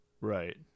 Right